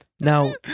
Now